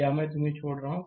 यह मैं तुम्हें छोड़ रहा हूं